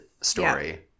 story